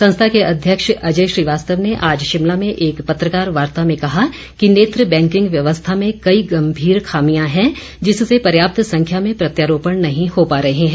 संस्था के अध्यक्ष अजय श्रीवास्तव ने आज शिमला में एक पत्रकार वार्ता में कहा कि नेत्र बैंकिंग व्यवस्था में कई गम्भीर खामियां हैं जिससे पर्याप्त संख्या में प्रत्यारोपण नहीं हो पा रहे हैं